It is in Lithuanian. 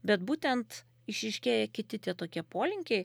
bet būtent išryškėja kiti tie tokie polinkiai